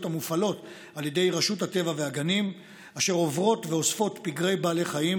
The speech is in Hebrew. המופעלות על ידי רשות הטבע והגנים והן עוברות ואוספות פגרי בעלי חיים